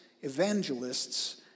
evangelists